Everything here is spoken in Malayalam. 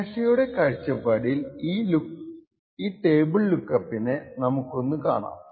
ക്യാഷെയുടെ കാഴ്ചപ്പാടിൽ ഈ ടേബിൾ ലുക്ക് അപ്പിനെ നമുക്കൊന്ന് കാണാം